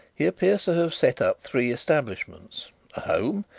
he appears to have set up three establishments a home,